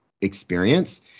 experience